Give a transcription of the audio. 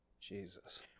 Jesus